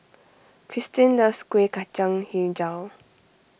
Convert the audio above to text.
Christine loves Kuih Kacang HiJau